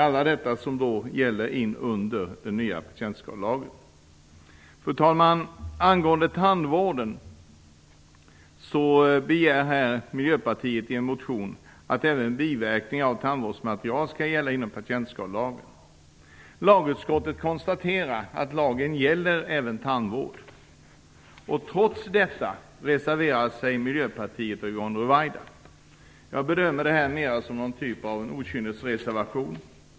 Allt detta omfattas nu av den nya patientskadelagen. Fru talman! Angående tandvård begär Miljöpartiet i en motion att även biverkningar av tandvårdsmaterial skall gälla patientskadelagen. Lagutskottet konstaterar att lagen gäller även tandvård. Trots detta reserverar sig Miljöpartiet och Yvonne Ruwaida. Jag bedömer detta mera som en typ av okynnesreservation.